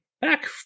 back